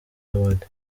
award